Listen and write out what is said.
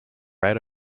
read